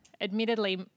Admittedly